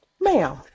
Ma'am